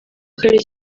ari